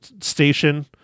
Station